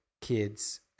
kids